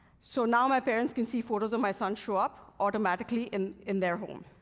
so now my parents can see photos of my son show up automatically in in their home.